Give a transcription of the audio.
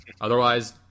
Otherwise